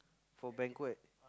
for banquet